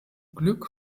glück